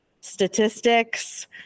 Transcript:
statistics